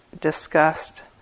discussed